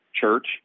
church